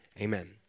Amen